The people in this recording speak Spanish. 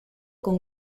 con